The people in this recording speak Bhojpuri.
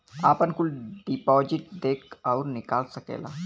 आपन कुल डिपाजिट देख अउर निकाल सकेला